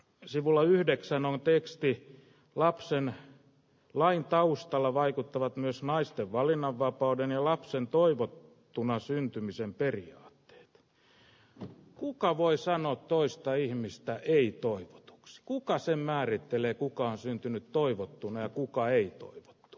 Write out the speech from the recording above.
ne sivulla yhdeksän on teksti lapsenne lain taustalla vaikuttavat myös naisten valinnanvapauden ja lapsen toivottuna syntymisen periaatteet on kuka voi sanoa toista ihmistä ei toivotuksi kuka sen määrittelee kuka on syntynyt toivottuna kuka ei tullut